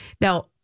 Now